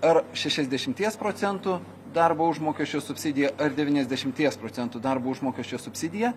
ar šešiasdešimties procentų darbo užmokesčio subsidija ar devyniasdešimties procentų darbo užmokesčio subsidija